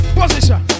position